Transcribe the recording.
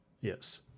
Yes